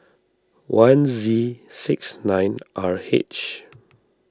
one Z six nine R H